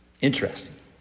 Interesting